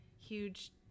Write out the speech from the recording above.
huge